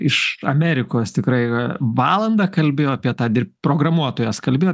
iš amerikos tikrai valandą kalbėjo apie tą dirb programuotojas kalbėjo